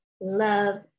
love